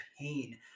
pain